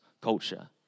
culture